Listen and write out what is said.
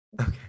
Okay